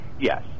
Yes